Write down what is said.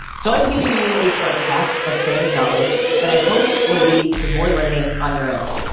so i've given you a starter pack of trans knowledge that i hope will lead to more learning on your own.